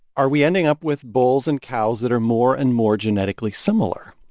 are we ending up with bulls and cows that are more and more genetically similar?